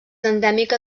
endèmica